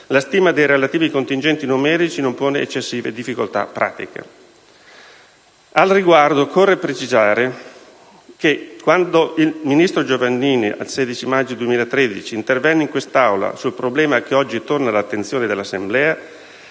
la stima dei relativi contingenti numerici non pone eccessive difficoltà pratiche. Al riguardo, occorre precisare che il ministro Giovannini, quando il 16 maggio 2013 intervenne in quest'Aula sul problema che oggi torna all'attenzione dell'Assemblea,